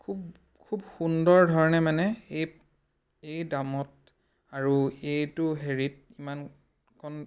খুব খুব সুন্দৰ ধৰণে মানে এই এই দামত আৰু এইটো হেৰিত ইমানকণ